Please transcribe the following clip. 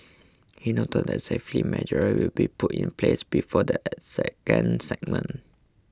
he noted that safety measures will be put in place before the second segment